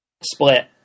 split